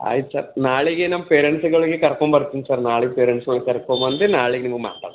ಆಯ್ತು ಸರ್ ನಾಳೆಗೆ ನಮ್ಮ ಪೇರೆಂಟ್ಸ್ಗಳಿಗೆ ಕರ್ಕೊಂಬರ್ತೀನಿ ಸರ್ ನಾಳೆ ಪೇರೆಂಟ್ಸ್ಗಳು ಕರ್ಕೊಂಬಂದು ನಾಳೆಗ್ ನಿಮಗೆ ಮಾತಾಡ್ತೀನಿ ಸರ